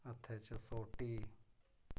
हत्थें च सोटी